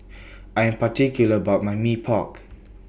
I Am particular about My Mee Pok